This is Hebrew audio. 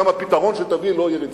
גם הפתרון שתביא לא יהיה רציני.